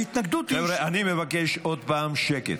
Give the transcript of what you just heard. ההתנגדות היא --- חבר'ה, אני מבקש עוד פעם שקט.